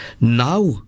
Now